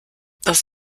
das